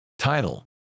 Title